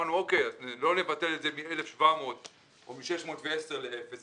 אמרנו שלא לבטל את זה מ-1,700 או מ-610 לאפס